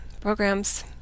Programs